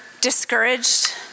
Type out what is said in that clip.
discouraged